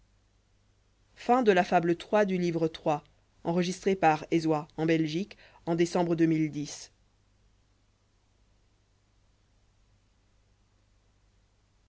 la fable de